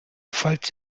falls